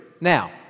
Now